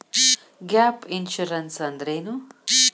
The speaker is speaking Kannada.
ಗ್ಯಾಪ್ ಇನ್ಸುರೆನ್ಸ್ ಅಂದ್ರೇನು?